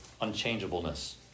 unchangeableness